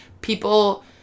people